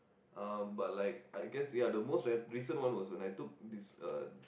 um but like I guess ya the most ran~ recent one was when I took this uh